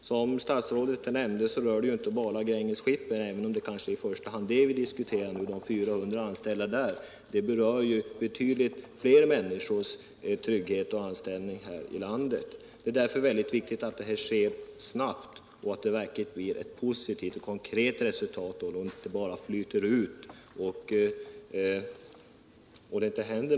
Som statsrådet nämnde rör det inte bara Gränges Shipping och dess 400 anställda — även om det i första hand är det företaget vi nu diskuterar — utan här rör det sig om betydligt fler människors trygghet och anställning. Det är därför viktigt att något sker snabbt och att det verkligen blir ett positivt och snabbt resultat, så att det hela inte bara flyter ut och ingenting händer.